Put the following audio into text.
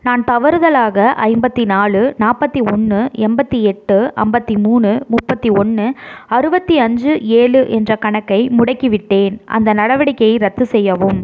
நான் தவறுதலாக ஐம்பத்து நாலு நாற்பத்தி ஒன்று எண்பத்தி எட்டு ஐம்பத்தி மூணு முப்பத்து ஒன்று அறுபத்தி அஞ்சு ஏழு என்ற கணக்கை முடக்கிவிட்டேன் அந்த நடவடிக்கையை ரத்து செய்யவும்